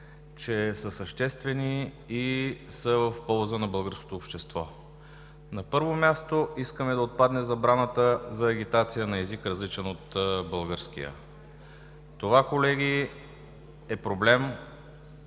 че са съществени и са в полза на българското общество. На първо място, искаме да отпадне забраната за агитация на език, различен от българския. Това, колеги, е проблем,